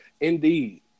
Indeed